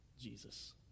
Jesus